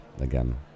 again